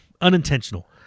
Unintentional